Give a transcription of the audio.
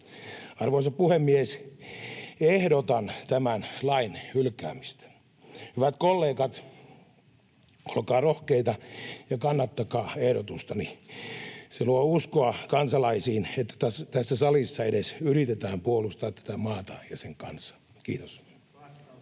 Arvoisa puhemies! Ehdotan tämän lain hylkäämistä. Hyvät kollegat, olkaa rohkeita ja kannattakaa ehdotustani. Se luo uskoa kansalaisiin, että tässä salissa edes yritetään puolustaa tätä maata ja sen kansaa. — Kiitos.